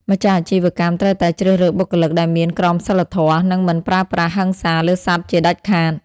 ម្ចាស់អាជីវកម្មត្រូវតែជ្រើសរើសបុគ្គលិកដែលមានក្រមសីលធម៌ និងមិនប្រើប្រាស់ហិង្សាលើសត្វជាដាច់ខាត។